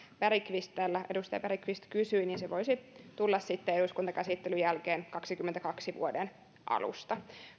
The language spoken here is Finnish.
bergqvist täällä kysyi voisi tulla sitten eduskuntakäsittelyn jälkeen vuoden kaksikymmentäkaksi alusta